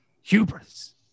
Hubris